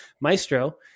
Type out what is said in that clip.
Maestro